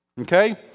okay